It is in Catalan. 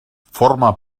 forma